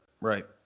right